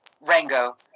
Rango